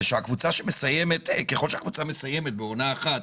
ככל שהקבוצה מסיימת בעונה אחת